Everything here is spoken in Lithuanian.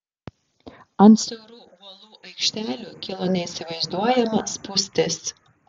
ant siaurų uolų aikštelių kilo neįsivaizduojama spūstis